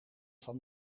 van